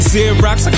Xerox